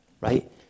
right